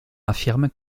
affirme